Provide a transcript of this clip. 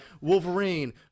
Wolverine